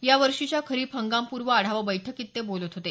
यावर्षीच्या खरीप हंगामपूर्व आढावा बैठकीत ते बोलत होते